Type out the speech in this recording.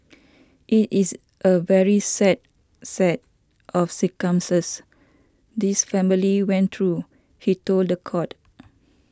it is a very sad set of this family went through he told the court